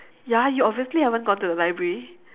ya you obviously haven't gone to the library